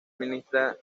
ministra